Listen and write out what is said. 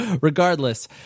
regardless